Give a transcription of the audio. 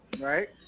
right